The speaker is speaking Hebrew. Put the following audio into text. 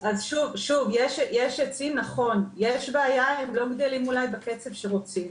יש בעיה הם לא גדלים אולי בקצב שרוצים.